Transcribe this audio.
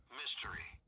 mystery